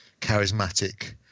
charismatic